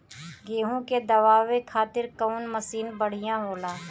गेहूँ के दवावे खातिर कउन मशीन बढ़िया होला?